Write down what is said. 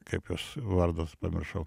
kaip jos vardas pamiršau